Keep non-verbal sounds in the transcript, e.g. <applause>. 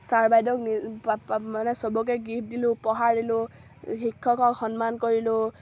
sir বাইদেউক <unintelligible> মানে সবকে গিফ্ট দিলোঁ উপহাৰ দিলোঁ শিক্ষকক সন্মান কৰিলোঁ